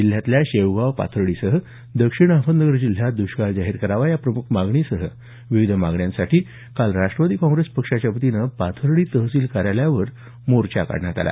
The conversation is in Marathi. जिल्ह्यातल्या शेवगाव पाथर्डीसह दक्षिण अहमदनगर जिल्ह्यात दुष्काळ जाहीर करावा या प्रमुख मागणीसह विविध मागण्यांसाठी काल राष्ट्रवादी काँग्रेस पक्षाच्या वतीनं पाथर्डी तहसील कार्यालयावर मोर्चा काढण्यात आला